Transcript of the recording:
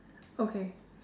okay